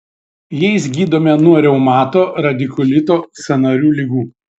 jais gydome nuo reumato radikulito sąnarių ligų